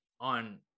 on